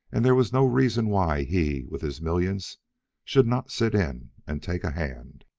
and there was no reason why he with his millions should not sit in and take a hand.